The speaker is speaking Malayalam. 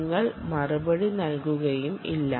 നിങ്ങൾ മറുപടി നൽകുകയും ഇല്ല